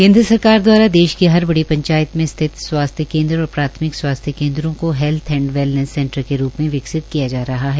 केन्द्र सरकार दवारा देश की हर बड़ी पंचायत में स्थित स्वास्थ्य केन्द्र और प्राथमिक स्वासथ्य केंन्द्रों को हेल्थ एंड वेलनेस सेंटर के रूप में विकसित किया जा रहा है